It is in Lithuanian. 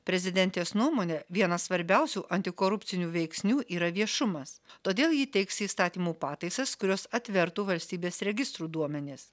prezidentės nuomone vienas svarbiausių antikorupcinių veiksnių yra viešumas todėl ji teiks įstatymų pataisas kurios atvertų valstybės registrų duomenis